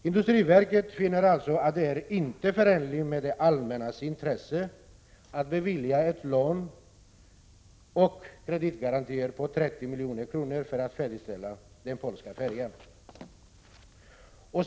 Industriverket finner alltså att det inte är förenligt med det allmännas intresse att bevilja lån och kreditgarantier på 30 milj.kr. för att färdigställa den polska färjan.